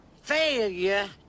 failure